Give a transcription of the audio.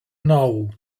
naŭ